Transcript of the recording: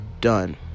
done